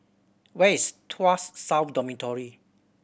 where is Tuas South Dormitory